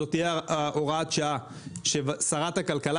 זו תהיה הוראת שעה ששרת הכלכלה,